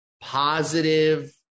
positive